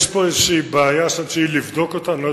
יש פה איזו בעיה שצריך לבדוק אותה.